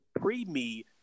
pre-me